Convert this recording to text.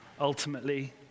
ultimately